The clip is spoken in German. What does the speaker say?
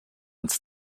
uns